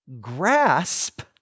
grasp